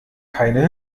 keine